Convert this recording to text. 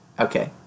okay